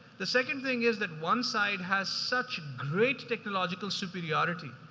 the second thing is that one side has such great technological superiority,